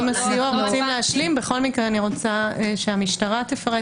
אני רוצה שהמשטרה תפרט.